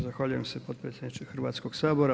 Zahvaljujem se potpredsjedniče Hrvatskog sabora.